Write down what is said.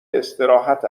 استراحت